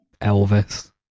Elvis